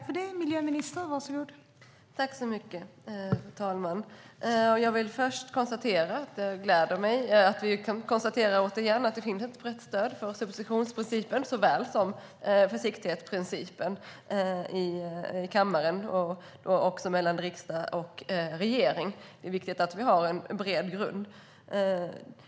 Fru talman! Det gläder mig att vi återigen kan konstatera att det finns ett brett stöd för både substitutionsprincipen och försiktighetsprincipen här i kammaren och även mellan riksdag och regering. Det är viktigt att vi har en bred grund.